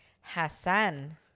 Hassan